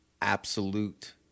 Absolute